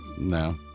no